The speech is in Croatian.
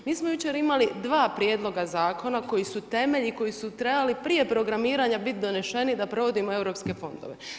Mi smo jučer imali dva prijedloga zakona koji su temelj i koji su trebali prije programiranja biti doneseni da provodimo europske fondove.